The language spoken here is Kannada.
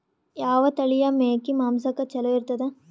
ಯಾವ ತಳಿಯ ಮೇಕಿ ಮಾಂಸಕ್ಕ ಚಲೋ ಇರ್ತದ?